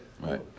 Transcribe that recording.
Right